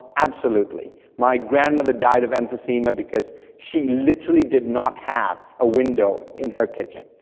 absolutely, my grandmother died of emphysema because she literally did not have a window in her kitchen,